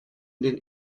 den